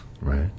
Right